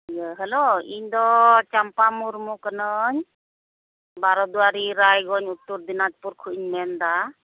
ᱤᱭᱟᱹ ᱦᱮᱞᱳ ᱤᱧ ᱫᱚ ᱪᱟᱢᱯᱟ ᱢᱩᱨᱢᱩ ᱠᱟᱹᱱᱟᱹᱧ ᱵᱟᱨᱚ ᱫᱩᱣᱟᱨᱤ ᱨᱟᱭᱜᱚᱧᱡ ᱩᱛᱛᱚᱨᱫᱤᱱᱟᱡᱯᱩᱨ ᱠᱷᱚᱱ ᱤᱧ ᱢᱮᱱ ᱮᱫᱟ